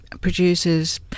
producers